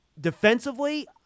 defensively